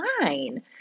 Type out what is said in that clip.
fine